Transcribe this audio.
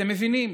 אתם מבינים,